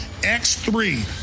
X3